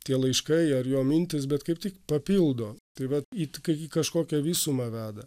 tie laiškai ar jo mintys bet kaip tik papildo tai vat į kaip į kažkokią visumą veda